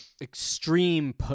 extreme